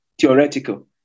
theoretical